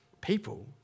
people